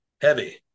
heavy